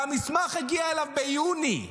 והמסמך הגיע אליו ביוני,